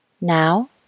Now